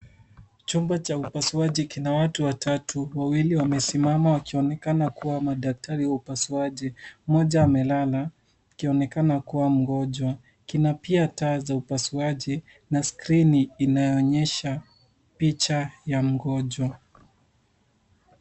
Chumba cha upasuaji kina watu watatu wawili wamesimama wakionekana kuwa madaktari wa upasuaji. Mmoja amelala akionekana kuwa mgonjwa. Kina pia taa za upasuaji na skrini inayoonyesha picha ya mgonjwa.